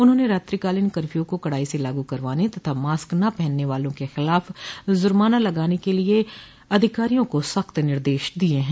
उन्होंने रात्रिकालीन कर्फ्यू को कड़ाई से लागू करवाने तथा मास्क न पहनने वालों के खिलाफ जुर्माना लगाने के लिये अधिकारियों को सख्त निर्देश दिये हैं